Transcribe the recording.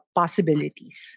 possibilities